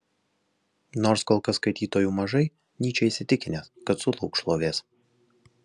nors kol kas skaitytojų mažai nyčė įsitikinęs kad sulauks šlovės